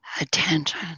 attention